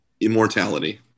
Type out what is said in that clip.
Immortality